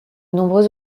nombreux